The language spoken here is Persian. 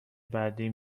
بعدی